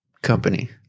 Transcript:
company